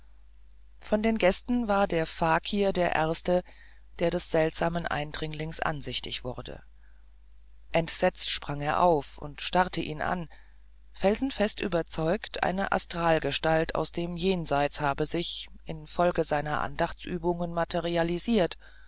von den gästen war der fakir der erste der des seltsamen eindringlings ansichtig wurde entsetzt sprang er auf und starrte ihn an felsenfest überzeugt eine astralgestalt aus dem jenseits habe sich infolge seiner andachtsübungen materialisiert